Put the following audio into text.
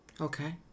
Okay